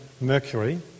mercury